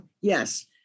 yes